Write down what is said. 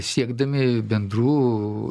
siekdami bendrų